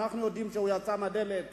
ואנחנו יודעים שהוא יצא מהדלת